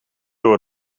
door